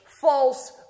false